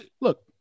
look